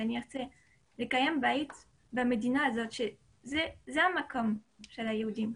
שאני אנסה לקיים בית במדינה הזאת שהיא המקום של היהודים.